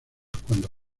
cuando